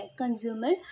consumer